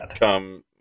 come